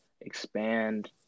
expand